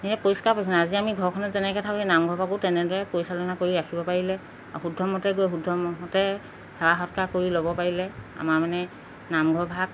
এনে পৰিষ্কাৰ পৰিচ্ছনা আজি আমি ঘৰখনত যেনেকৈ থাকোঁ এই নামঘৰ ভাগো তেনেদৰে পৰিচালনা কৰি ৰাখিব পাৰিলে শুদ্ধমতে গৈ শুদ্ধমতে সেৱা সৎকাৰ কৰি ল'ব পাৰিলে আমাৰ মানে নামঘৰ ভাগ